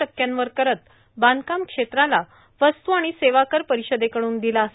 टक्क्यांवर करत बांधकाम क्षेत्राला वस्तू आणि सेवाकर परिषदेकड्रन दिलासा